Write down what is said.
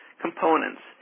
components